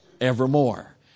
evermore